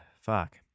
fuck